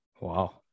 Wow